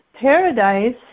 Paradise